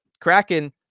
Kraken